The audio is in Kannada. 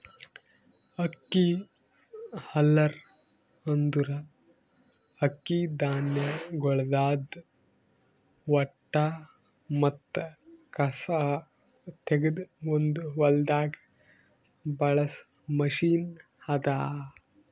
ಅಕ್ಕಿ ಹಲ್ಲರ್ ಅಂದುರ್ ಅಕ್ಕಿ ಧಾನ್ಯಗೊಳ್ದಾಂದ್ ಹೊಟ್ಟ ಮತ್ತ ಕಸಾ ತೆಗೆದ್ ಒಂದು ಹೊಲ್ದಾಗ್ ಬಳಸ ಮಷೀನ್ ಅದಾ